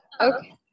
Okay